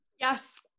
Yes